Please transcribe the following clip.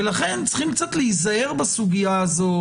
לכן יש להיזהר בסוגיה של